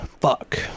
fuck